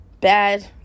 bad